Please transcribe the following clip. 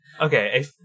Okay